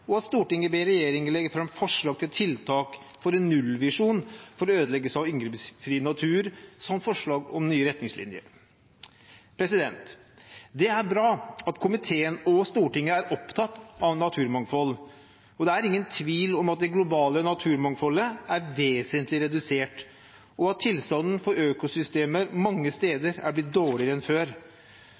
er at Stortinget ber regjeringen legge fram forslag til tiltak for en nullvisjon for ødeleggelse av inngrepsfri natur samt forslag om nye retningslinjer. Det er bra at komiteen og Stortinget er opptatt av naturmangfold. Det er ingen tvil om at det globale naturmangfoldet er vesentlig redusert, og at tilstanden for økosystemer mange steder er blitt dårligere enn før.